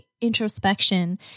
introspection